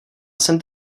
jsem